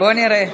בוא נראה.